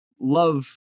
love